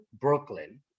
Brooklyn